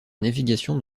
navigation